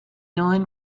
known